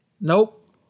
Nope